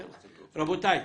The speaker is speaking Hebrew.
רבותי,